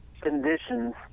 conditions